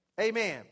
Amen